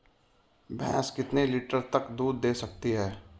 भैंस कितने लीटर तक दूध दे सकती है?